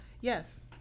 yes